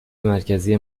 مرکزی